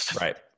Right